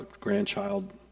grandchild